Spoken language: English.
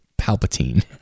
Palpatine